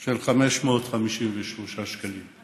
של 553 שקלים.